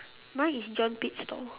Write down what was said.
mine is john pit stall